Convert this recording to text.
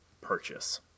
purchase